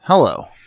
Hello